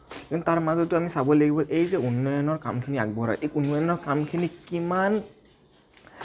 কিন্তু তাৰ মাজতো আমি চাব লাগিব এই উন্নয়নৰ কামখিনি আগবঢ়ায় এই উন্নয়নৰ কামখিনি কিমান